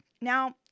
Now